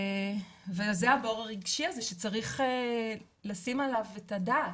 וזה הבור הרגשי הזה שצריך לשים עליו את הדעת,